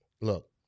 look